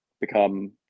become